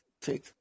take